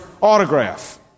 autograph